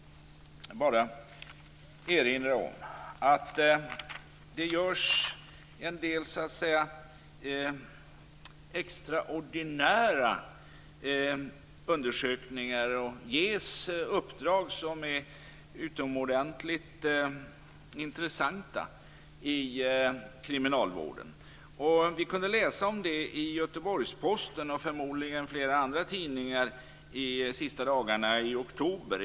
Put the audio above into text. Jag skall erinra om att det inom kriminalvården görs en del extraordinära undersökningar och ges uppdrag som är utomordentligt intressanta. Vi kunde läsa om detta i Göteborgs-Posten, och förmodligen i flera andra tidningar, under de sista dagarna i oktober.